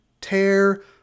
tear